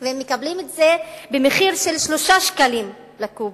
והם מקבלים את זה במחיר 3 שקלים לקוב,